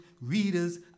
readers